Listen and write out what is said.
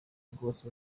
bwose